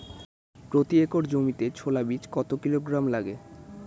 প্রতি একর জমিতে ছোলা বীজ কত কিলোগ্রাম লাগে?